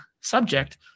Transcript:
subject